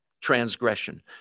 transgression